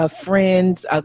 friends